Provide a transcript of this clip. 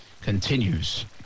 continues